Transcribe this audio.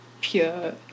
pure